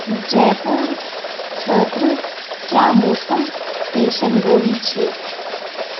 J پوٗر خٲطرٕ کیٛاہ موسم پیشَن گویی چھِ